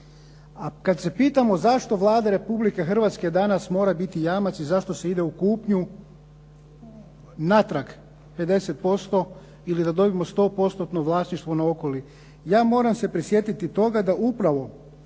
A kad se pitamo zašto Vlada Republike Hrvatske danas mora biti jamac i zašto se ide u kupnju, natrag 50% ili da dobijemo 100%-tno vlasništvo na Okoli. Ja moram se prisjetiti toga da upravo